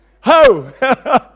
Ho